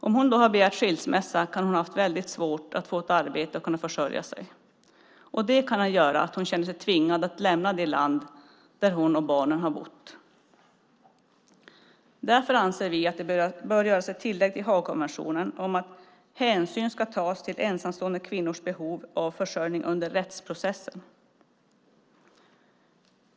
Om hon då har begärt skilsmässa kan hon ha haft väldigt svårt att få ett arbete och kunna försörja sig, och det kan göra att hon känner sig tvingad att lämna det land där hon och barnen har bott. Därför anser vi att det bör göras ett tillägg till Haagkonventionen om att hänsyn ska tas till ensamstående kvinnors behov av försörjning under rättsprocessen.